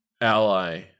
ally